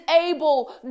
able